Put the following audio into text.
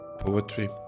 poetry